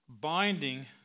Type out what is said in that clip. binding